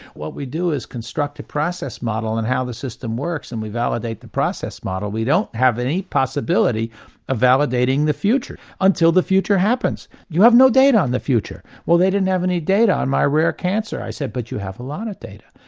what we do is construct a process model on and how the system works and we validate the process model. we don't have any possibility of validating the future until the future happens. you have no data on the future. well they didn't have any data on my rare cancer, i said, but you have a lot of data.